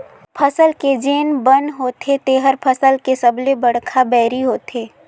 फसल के जेन बन होथे तेहर फसल के सबले बड़खा बैरी होथे